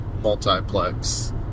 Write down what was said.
multiplex